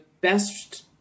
best